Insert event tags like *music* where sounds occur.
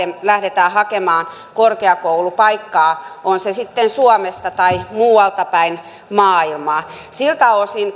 lähdetään hakemaan korkeakoulupaikkaa on se sitten suomesta tai muualtapäin maailmaa siltä osin *unintelligible*